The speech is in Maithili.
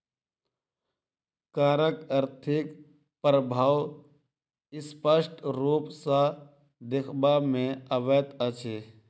करक आर्थिक प्रभाव स्पष्ट रूप सॅ देखबा मे अबैत अछि